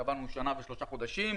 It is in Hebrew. קבענו שנה ושלושה חודשים,